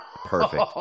perfect